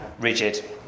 rigid